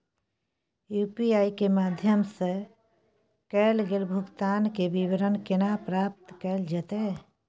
UPI के माध्यम सं कैल गेल भुगतान, के विवरण केना प्राप्त कैल जेतै?